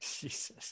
Jesus